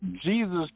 Jesus